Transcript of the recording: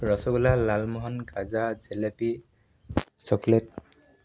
rasgulla lalmohan gaja jalebi chocolate